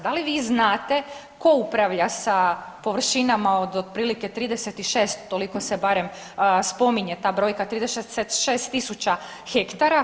Da li vi znate tko upravlja sa površinama od otprilike 36 toliko se barem spominje ta brojka 36.000 hektara?